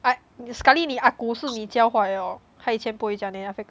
I 你 sekali 你 ah gu 是你教坏的 lor 他以前不会这样 then after that